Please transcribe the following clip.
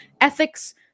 ethics